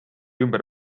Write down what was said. ümber